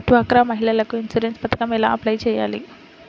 డ్వాక్రా మహిళలకు ఇన్సూరెన్స్ పథకం ఎలా అప్లై చెయ్యాలి?